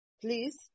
Please